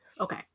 Okay